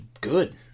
good